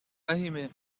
فهیمه